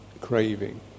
craving